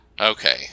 okay